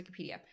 Wikipedia